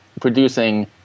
producing